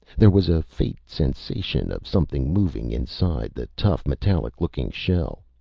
there was a faint sensation of something moving inside the tough, metallic-looking shell.